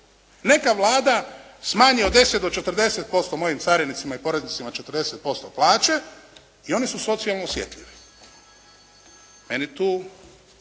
neka Vlada smanji od 10 do 40% mojim carinicima i poreznicima 40% plaće i oni su socijalno osjetljivi. Meni tu